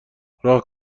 راه